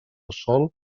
sòl